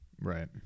right